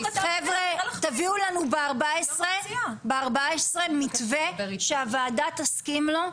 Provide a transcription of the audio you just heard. תביאו לנו בארבע עשרה מתווה שהוועדה תסכים לו,